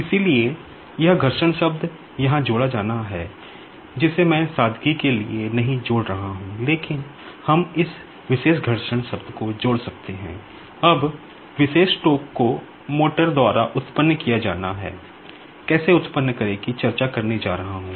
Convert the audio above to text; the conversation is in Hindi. इसलिए यह घर्षण को मोटर द्वारा उत्पन्न किया जाना है कैसे उत्पन्न करें कि मैं चर्चा करने जा रहा हूं